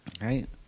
Right